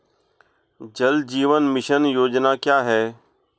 जल जीवन मिशन योजना क्या है?